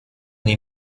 nei